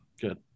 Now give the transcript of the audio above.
Good